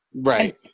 right